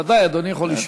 ודאי, אדוני יכול לשאול.